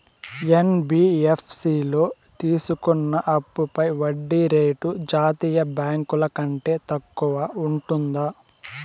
NBFC లో తీసుకున్న అప్పుపై వడ్డీ రేటు జాతీయ బ్యాంకు ల కంటే తక్కువ ఉంటుందా?